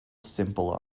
simple